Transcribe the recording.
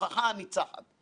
כדאי שתרשום לפניך,